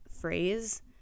phrase